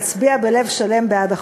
אצביע בלב שלם בעד החוק.